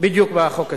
בדיוק בחוק הזה.